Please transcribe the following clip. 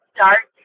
dark